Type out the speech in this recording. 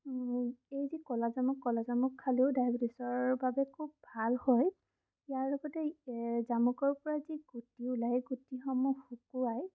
এই যি ক'লাজামুক ক'লাজামুক খালেও ডায়বেটিছৰ বাবে খুব ভাল হয় ইয়াৰ লগতে জামুকৰ পৰা যি গুটি ওলায় গুটিসমূহ শুকুৱাই